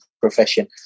profession